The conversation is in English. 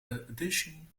addition